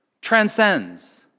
transcends